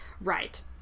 Right